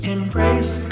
Embrace